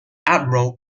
admiral